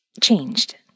changed